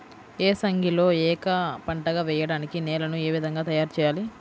ఏసంగిలో ఏక పంటగ వెయడానికి నేలను ఏ విధముగా తయారుచేయాలి?